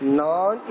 non